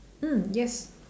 mm yes